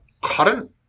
current